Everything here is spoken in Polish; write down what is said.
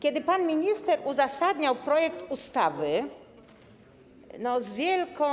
Kiedy pan minister uzasadniał projekt ustawy, z wielką